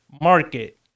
market